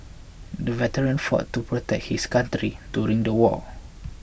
the veteran fought to protect his country during the war